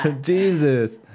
Jesus